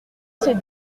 ces